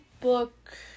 book